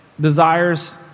desires